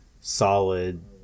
solid